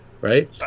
right